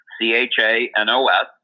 C-H-A-N-O-S